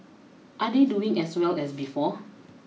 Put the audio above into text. are they doing as well as before